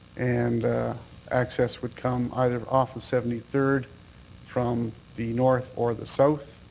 and access would come either off of seventy third from the north or the south,